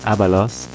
Abalos